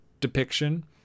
depiction